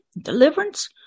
deliverance